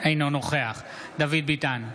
אינו נוכח דוד ביטן,